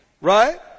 Right